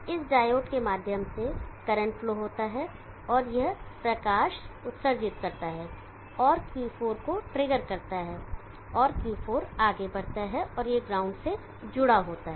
इस डायोड के माध्यम से करंट फ्लो होता है यह प्रकाश उत्सर्जित करता है और Q4 को ट्रिगर करता है और Q4 ऑन होता है और यह ground से जुड़ा होता है